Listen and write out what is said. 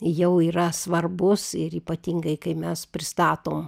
jau yra svarbus ir ypatingai kai mes pristatom